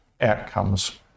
outcomes